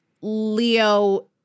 Leo